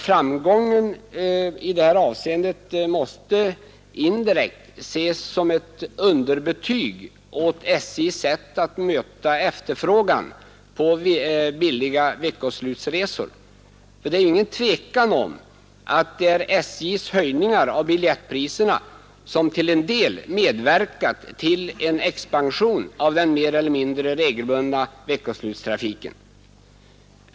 Framgången i detta avseende måste indirekt ses som ett underbetyg åt SJ:s sätt att möta efterfrågan på billiga veckoslutsresor. Det råder inget tvivel om att SJ:s höjningar av biljettpriserna medverkat till en expansion av den mer eller mindre regelbundna veckoslutstrafiken.